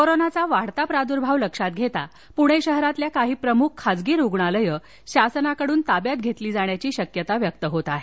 कोरोनाचा वाढता प्रादृर्भाव लक्षात घेता पृणे शहरातील काही प्रमुख खासगी रुग्णालयं शासनाकडुन ताब्यात घेतली जाण्याची शक्यता व्यक्त होत आहे